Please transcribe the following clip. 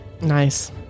Nice